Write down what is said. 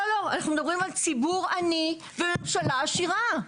אנחנו מדברים על ציבור עני וממשלה עשירה,